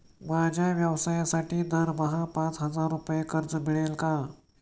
माझ्या व्यवसायासाठी दरमहा पाच हजार रुपये कर्ज मिळेल का?